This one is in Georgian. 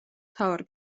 მთავარ